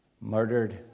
murdered